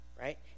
right